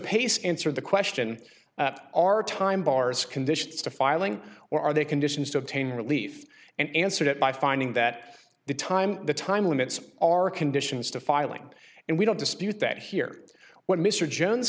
pace answered the question are time bars conditions to filing or are they conditions to obtain relief and answered it by finding that the time the time limits are conditions to filing and i don't dispute that here what mr jones